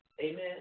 amen